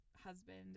husband